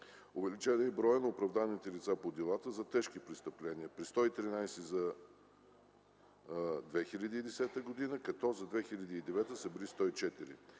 Увеличен е и броят на оправданите лица по делата за тежки престъпления – при 113 за 2010 г. като за 2009 г. са били 104.